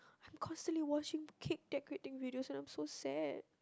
I'm constantly watching cake decorating videos and I'm so sad